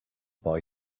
boy